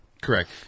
correct